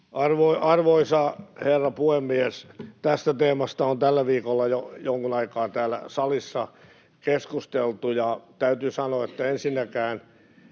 Arvoisa herra puhemies! Tästä teemasta on tällä viikolla jo jonkun aikaa täällä salissa keskusteltu. Täytyy sanoa, että ensinnäkin